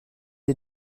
est